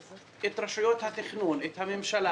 את רשויות התכנון,